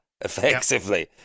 Effectively